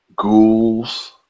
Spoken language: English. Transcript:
Ghouls